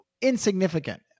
insignificant